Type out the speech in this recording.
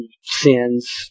sins